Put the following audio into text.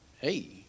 hey